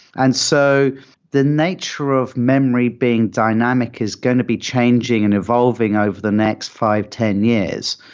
and so the nature of memory being dynamic is going to be changing and evolving over the next five, ten years.